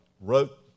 wrote